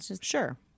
sure